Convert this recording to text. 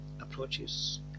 approaches